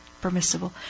permissible